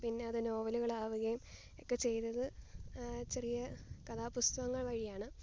പിന്നെ അത് നോവലുകളാകുകയും ഒക്കെ ചെയ്തത് ചെറിയ കഥാപുസ്തകങ്ങള് വഴിയാണ്